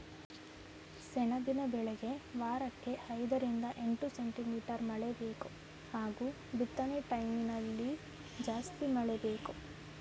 ಸೆಣಬಿನ ಬೆಳೆಗೆ ವಾರಕ್ಕೆ ಐದರಿಂದ ಎಂಟು ಸೆಂಟಿಮೀಟರ್ ಮಳೆಬೇಕು ಹಾಗೂ ಬಿತ್ನೆಟೈಮ್ಲಿ ಜಾಸ್ತಿ ಮಳೆ ಬೇಕು